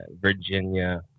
Virginia